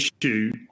issue